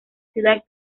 ciudad